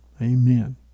Amen